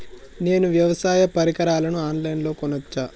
నేను వ్యవసాయ పరికరాలను ఆన్ లైన్ లో కొనచ్చా?